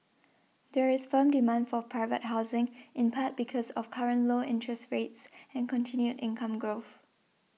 there is firm demand for private housing in part because of current low interest rates and continued income growth